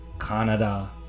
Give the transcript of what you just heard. Canada